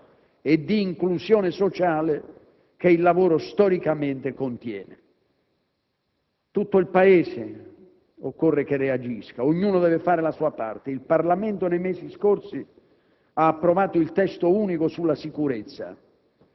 ed interpretare quei valori di responsabilità e di inclusione sociale che il lavoro storicamente contiene. Occorre che tutto il Paese reagisca, ognuno deve fare la sua parte. Il Parlamento, nei mesi scorsi,